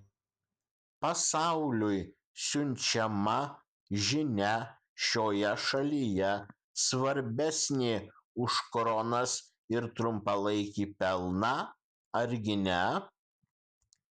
pasauliui siunčiama žinia šioje šalyje svarbesnė už kronas ir trumpalaikį pelną argi ne